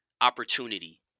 opportunity